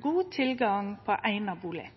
god tilgang på eigna bustader.